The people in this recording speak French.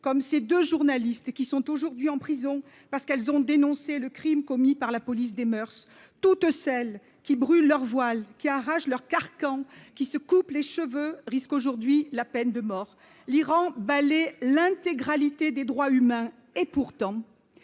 comme ces 2 journalistes qui sont aujourd'hui en prison, parce qu'elles ont dénoncé le Crime commis par la police des moeurs toutes celles qui brûlent leur voile qui arrachent leur carcan qui se coupe les cheveux risque aujourd'hui la peine de mort l'Iran balaie l'intégralité des droits humains et pourtant